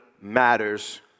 matters